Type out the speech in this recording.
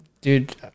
Dude